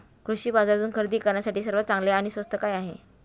कृषी बाजारातून खरेदी करण्यासाठी सर्वात चांगले आणि स्वस्त काय आहे?